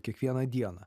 kiekvieną dieną